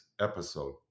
episode